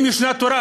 אם יש תורה,